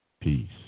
Peace